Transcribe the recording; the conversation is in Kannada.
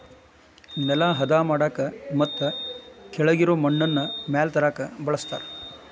ನೆಲಾ ಹದಾ ಮಾಡಾಕ ಮತ್ತ ಕೆಳಗಿರು ಮಣ್ಣನ್ನ ಮ್ಯಾಲ ತರಾಕ ಬಳಸ್ತಾರ